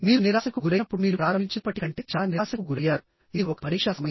మీరు నిరాశకు గురైనప్పుడు మీరు ప్రారంభించినప్పటి కంటే చాలా నిరాశకు గురయ్యారు ఇది ఒక పరీక్షా సమయం